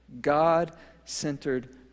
God-centered